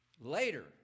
Later